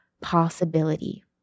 possibility